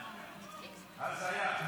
הזיה.